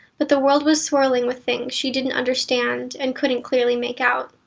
but the world was swirling with things she didn't understand and couldn't clearly make out.